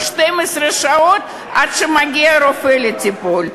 בחדרי מיון 12 שעות עד שמגיע רופא לטפל.